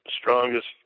strongest